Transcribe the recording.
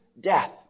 death